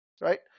right